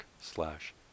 slash